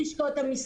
תודה.